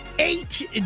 Eight